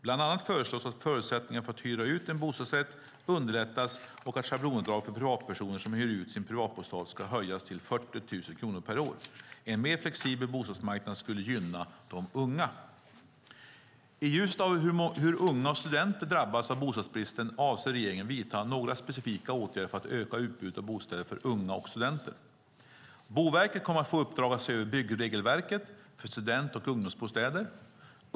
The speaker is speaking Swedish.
Bland annat föreslås att förutsättningarna för att hyra ut en bostadsrätt underlättas och att schablonavdraget för privatpersoner som hyr ut sin privatbostad ska höjas till 40 000 kronor per år. En mer flexibel bostadsmarknad skulle gynna de unga. I ljuset av hur unga och studenter drabbas av bostadsbristen avser regeringen att vidta några specifika åtgärder för att öka utbudet av bostäder för unga och studenter. Boverket kommer att få i uppdrag att se över byggregelverket för student och ungdomsbostäder.